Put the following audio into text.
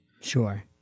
Sure